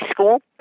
school